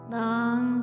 long